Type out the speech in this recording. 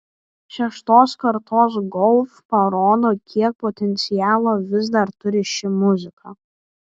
šeštos kartos golf parodo kiek potencialo vis dar turi ši muzika